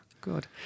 Good